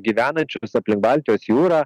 gyvenančius aplink baltijos jūrą